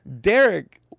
Derek